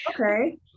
Okay